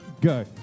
go